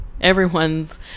everyone's